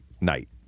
night